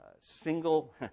single